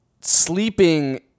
sleeping